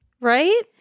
Right